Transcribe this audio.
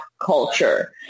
culture